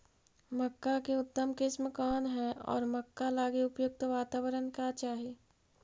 मक्का की उतम किस्म कौन है और मक्का लागि उपयुक्त बाताबरण का चाही?